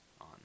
on